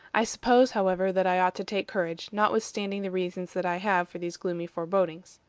i suppose, however, that i ought to take courage, notwithstanding the reasons that i have for these gloomy forebodings.